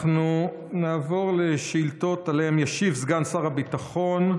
אנחנו נעבור לשאילתות שעליהן ישיב סגן שר הביטחון.